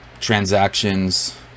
transactions